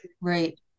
Right